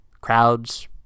Crowds